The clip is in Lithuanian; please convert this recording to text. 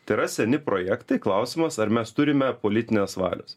tai yra seni projektai klausimas ar mes turime politinės valios